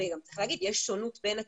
גם צריך להגיד, יש שונות בין הקיבוצים.